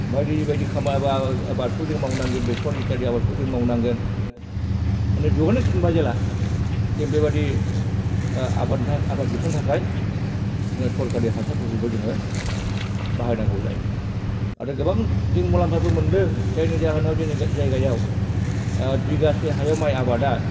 बायदि बायदि खामा आबा आबादखौ जों मावनांगोन बेसर इदालि आबादखौबो जों मावनांगोन हनै दिहुनो थिनबाय जेला जों बे बायदि आबाद आबाद दिखांनो थाखाय जोंहा सरकारि हासारफोरखौबो जोङो बाहायनांगौ जायो आरो गोबां जों मुलाम्फाबो मोन्दों जायनि जाहोनाव गा जोंनि जागायाव बिगासे हायाव माइ आबादा